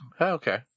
okay